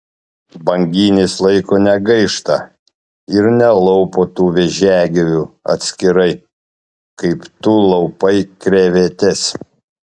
banginis laiko negaišta ir nelaupo tų vėžiagyvių atskirai kaip tu laupai krevetes